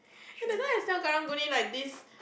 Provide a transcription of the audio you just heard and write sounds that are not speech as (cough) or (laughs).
(laughs) that time I sell karang-guni like this